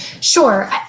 Sure